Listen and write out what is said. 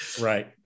Right